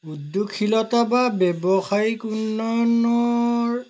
উদ্যোগশীলতা বা ব্যৱসায়িক উন্নয়নৰ